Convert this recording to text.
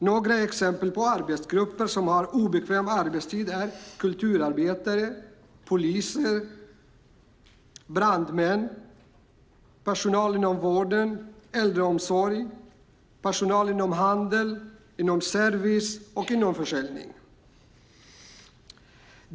Några exempel på yrkesgrupper som har obekväma arbetstider är kulturarbetare, poliser, brandmän, personal inom vården, äldreomsorgspersonal samt personal inom handel, försäljning och service.